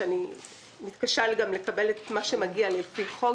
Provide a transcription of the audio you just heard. שאני מתקשה לקבל את מה שמגיע לי לפי חוק